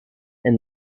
and